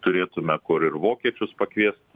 turėtume kur ir vokiečius pakviest